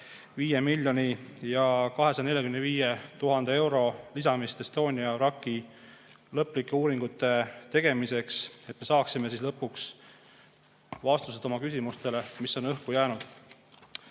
selle 5 245 000 euro lisamist Estonia vraki lõplike uuringute tegemiseks, et me saaksime lõpuks vastused oma küsimustele, mis on õhku jäänud.